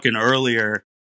earlier